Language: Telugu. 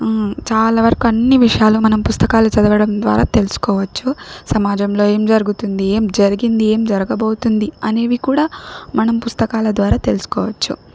చాలా వరకు అన్నీ విషయాలు మనం పుస్తకాలు చదవడం ద్వారా తెలుసుకోవచ్చు సమాజంలో ఏం జరుగుతుంది ఏం జరిగింది ఏం జరగబోతుంది అనేవి కూడా మనం పుస్తకాల ద్వారా తెలుసుకోవచ్చు